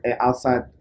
outside